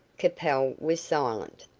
capel was silent.